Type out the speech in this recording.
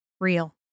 real